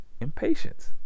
impatience